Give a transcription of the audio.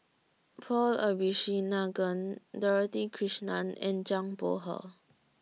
Paul Dorothy Krishnan and Zhang Bohe